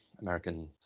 American